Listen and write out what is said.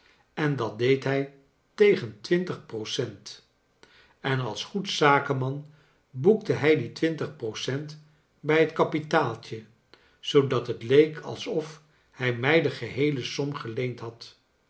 en dat deed hij tegen twintig percent en als goed zakenman boekte hij die twintig percent bij het kapitaaltje zoodat het leek als of hij mij die geheele som geleend had